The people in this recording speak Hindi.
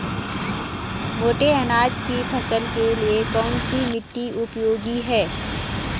मोटे अनाज की फसल के लिए कौन सी मिट्टी उपयोगी है?